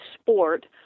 sport